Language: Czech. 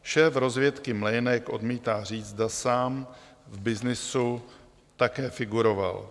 Šéf rozvědky Mlejnek odmítá říci, zda sám v byznysu také figuroval.